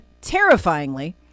terrifyingly